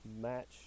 match